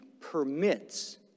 permits